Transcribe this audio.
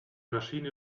maschine